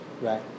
Right